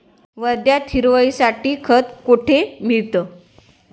वर्ध्यात हिरवळीसाठी खत कोठे मिळतं?